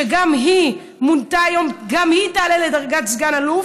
שגם היא מונתה היום וגם היא תעלה לדרגת סגן-אלוף,